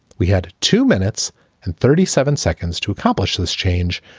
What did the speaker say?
we had two minutes and thirty seven seconds to accomplish this change,